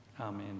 Amen